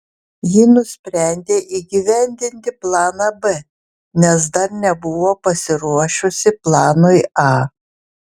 ji nusprendė įgyvendinti planą b nes dar nebuvo pasiruošusi planui a